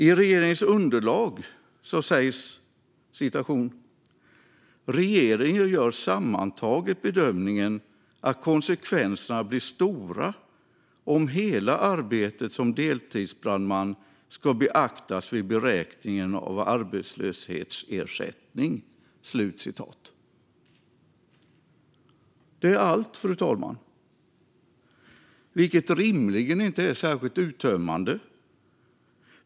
I regeringens proposition sägs: "Regeringen gör sammantaget bedömningen att konsekvenserna blir stora om hela arbetet som deltidsbrandman ska beaktas vid beräkningen av arbetslöshetsersättning." Det är allt, fru talman, och kan rimligen inte anses som särskilt uttömmande.